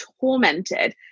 tormented